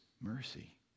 mercy